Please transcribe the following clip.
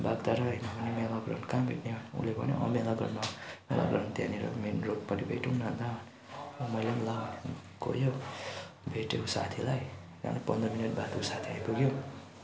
बाग्धारा आएँ मेला ग्राउन्ड कहाँ भेट्ने उसले भन्यो अँ मेला ग्राउन्डमा आऊ मेला ग्राउन्ड त्यहाँनिर मेन रोडपट्टि भेटौँ न अन्त मैले पनि ल भनेँ गयो भेट्यो साथीलाई पन्ध्र मिनटबाद ऊ साथी आइपुग्यो